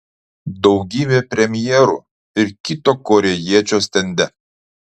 daugybė premjerų ir kito korėjiečio stende